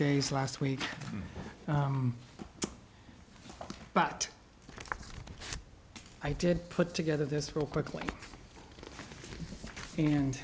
days last week but i did put together this real quickly and